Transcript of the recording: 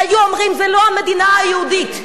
והיו אומרים: זה לא המדינה היהודית,